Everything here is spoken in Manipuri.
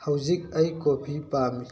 ꯍꯧꯖꯤꯛ ꯑꯩ ꯀꯣꯐꯤ ꯄꯥꯝꯃꯤ